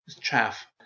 chaff